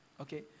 Okay